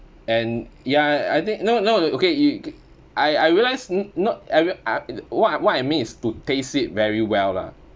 and ya I think no no okay y~ I I realise not I rea~ what I what I mean is to taste it very well lah